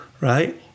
Right